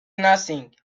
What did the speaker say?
nothing